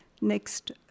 next